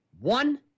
One